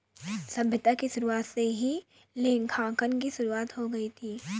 सभ्यता की शुरुआत से ही लेखांकन की शुरुआत हो गई थी